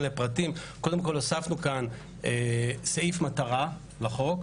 לפרטים קודם כל הוספנו כאן סעיף מטרה לחוק.